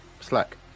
Slack